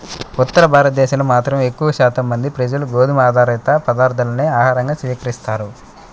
ఉత్తర భారతదేశంలో మాత్రం ఎక్కువ శాతం మంది ప్రజలు గోధుమ ఆధారిత పదార్ధాలనే ఆహారంగా స్వీకరిస్తారు